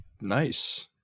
nice